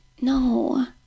no